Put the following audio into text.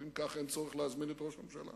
ואם כך אין צורך להזמין את ראש הממשלה,